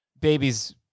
babies